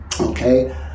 okay